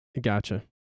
Gotcha